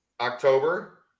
October